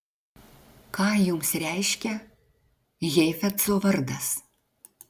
ką jums reiškia heifetzo vardas